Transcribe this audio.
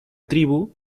tribu